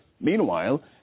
Meanwhile